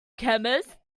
chemist